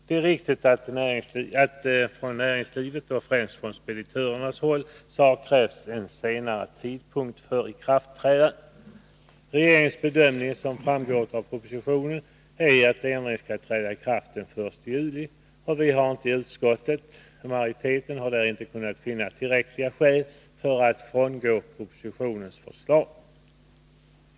Det är riktigt att det från näringslivet, främst från speditörerna, har krävts en senare tidpunkt för ikraftträdandet. Regeringens bedömning är, som framgår av propositionen, att ändringen skall träda i kraft den 1 juli. Majoriteten i utskottet har inte kunnat finna tillräckliga skäl för att frångå propositionens förslag.